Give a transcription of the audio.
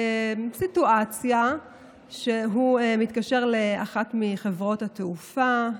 בסיטואציה שהוא מתקשר לאחת מחברות התעופה,